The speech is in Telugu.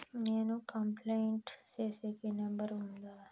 నేను కంప్లైంట్ సేసేకి నెంబర్ ఉందా?